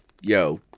yo